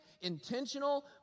intentional